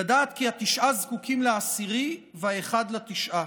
לדעת כי התשעה זקוקים לעשירי, והאחד לתשעה.